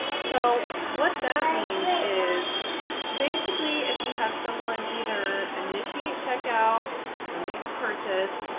so what that means is basically if you have someone either initiate checkout or make a purchase,